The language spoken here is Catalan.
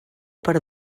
per